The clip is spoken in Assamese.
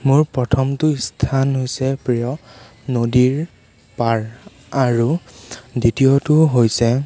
মোৰ প্ৰথমটো স্থান হৈছে প্ৰিয় নদীৰ পাৰ আৰু দ্বিতীয়টো হৈছে